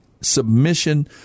submission